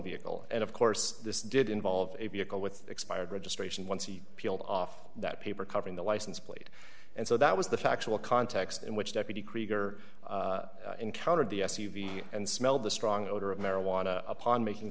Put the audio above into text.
vehicle and of course this did involve a vehicle with expired registration once he peeled off that paper covering the license plate and so that was the factual context in which deputy krieger encountered the s u v and smelled the strong odor of marijuana upon making